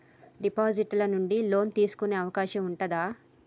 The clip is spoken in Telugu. డిపాజిట్ ల నుండి లోన్ తీసుకునే అవకాశం ఉంటదా?